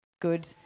good